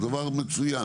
הוא דבר מצוין.